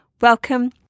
welcome